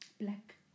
black